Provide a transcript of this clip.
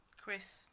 Chris